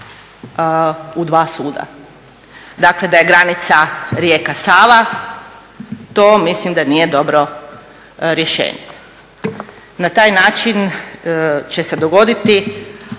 u dva suda, dakle da je granica rijeka Sava. To mislim da nije dobro rješenje. Na taj način će se dogoditi,